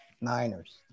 Niners